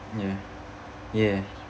ya ya